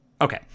Okay